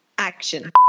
Action